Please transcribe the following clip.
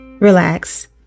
Relax